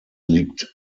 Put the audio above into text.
liegt